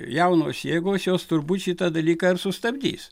jaunos jėgos jos turbūt šitą dalyką ir sustabdys